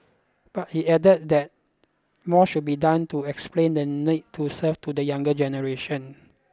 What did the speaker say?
but he added that more should be done to explain the need to serve to the younger generation